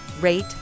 rate